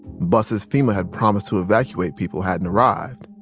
buses fema had promised to evacuate people hadn't arrived.